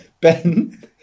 Ben